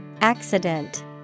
Accident